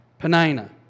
Penina